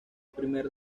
primer